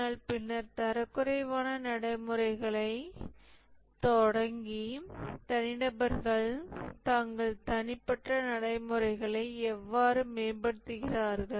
ஆனால் பின்னர் தரக்குறைவான நடைமுறைகளை தொடங்கி தனிநபர்கள் தங்கள் தனிப்பட்ட நடைமுறைகளை எவ்வாறு மேம்படுத்துகிறார்கள்